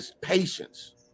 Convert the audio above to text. patience